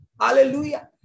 Hallelujah